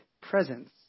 presence